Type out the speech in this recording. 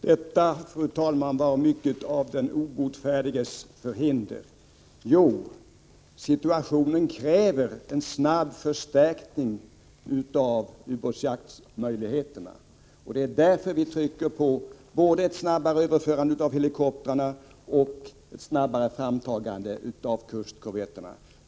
Fru talman! Detta var mycket av den obotfärdiges förhinder. Jo, situationen kräver en snabb förstärkning av ubåtsjaktsmöjligheterna. Det är därför vi trycker på när det gäller ett snabbare överförande av helikoptrarna och ett snabbare framtagande av kustkorvetterna.